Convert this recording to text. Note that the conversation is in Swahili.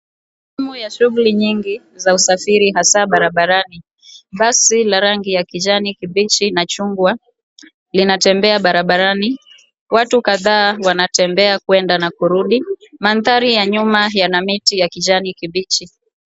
Shughuli nyingi za usafiri na saa barabarani. Basi la rangi ya kijani kibichi na chungwa linatembea barabarani. Watu kadhaa wanatembea kwenda na kurudi. Maandhari ya nyuma yana miti ya kijani kibichi.